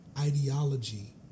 Ideology